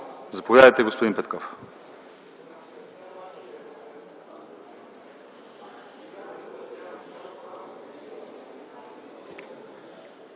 Заповядайте, господин Петков.